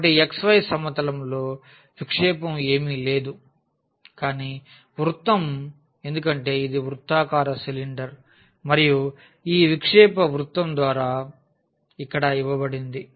కాబట్టిఈ xy సమతలంలో విక్షేపం ఏమీ లేదు కానీ వృత్తం ఎందుకంటే ఇది వృత్తాకార సిలిండర్ మరియు ఈ విక్షేపం వృత్తం ద్వారా ఇక్కడ ఇవ్వబడింది